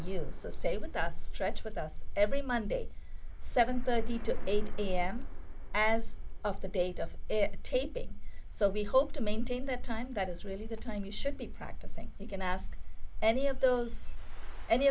so stay with us stretch with us every monday seven thirty to eight pm as of the date of taping so we hope to maintain that time that is really the time you should be practicing you can ask any of those any